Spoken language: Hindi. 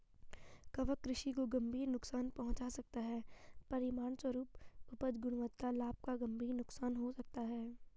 कवक कृषि को गंभीर नुकसान पहुंचा सकता है, परिणामस्वरूप उपज, गुणवत्ता, लाभ का गंभीर नुकसान हो सकता है